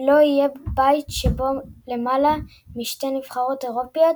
לא יהיה בית שבו למעלה משתי נבחרות אירופיות